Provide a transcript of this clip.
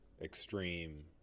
extreme